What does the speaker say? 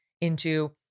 into-